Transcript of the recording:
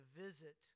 visit